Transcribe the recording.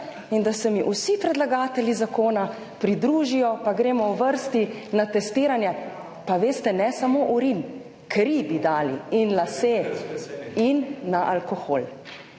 in se mi vsi predlagatelji zakona pridružijo pa gremo v vrsti na testiranje. Pa veste, ne samo urin, kri bi dali in lase, in na alkohol.